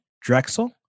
Drexel